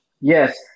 Yes